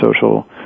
social